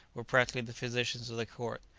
were practically the physicians of the court,